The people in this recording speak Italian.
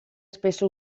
spesso